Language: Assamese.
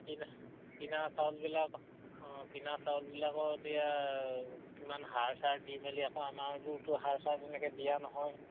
কিনা কিনা চাউলবিলাক অঁ কিনা চাউলবিলাকো এতিয়া কিমান সাৰ চাৰ দি মেলি আকৌ আমাৰ এইবোৰতো সাৰ চাৰ তেনেকে দিয়া নহয়